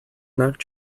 knock